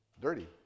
dirty